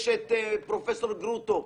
יש את פרופסור גרוטו.